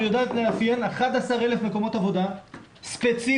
יודעת לאפיין 11,000 מקומות עבודה ספציפיים,